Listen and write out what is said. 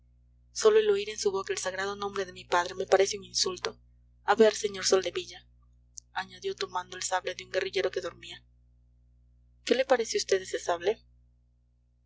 sólo el oír en su boca el sagrado nombre de mi padre me parece un insulto a ver sr soldevilla añadió tomando el sable de un guerrillero que dormía qué le parece a vd ese sable